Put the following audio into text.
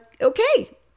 okay